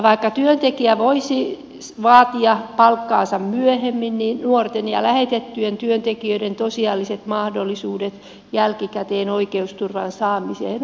vaikka työntekijä voisi vaatia palkkaansa myöhemmin niin nuorten ja lähetettyjen työntekijöiden tosiasialliset mahdollisuudet jälkikäteisen oikeusturvan saamiseen ovat heikot